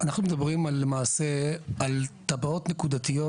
אנחנו מדברים למעשה על תב"עות נקודתיות